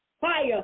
fire